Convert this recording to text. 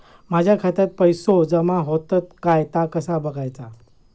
माझ्या खात्यात पैसो जमा होतत काय ता कसा बगायचा?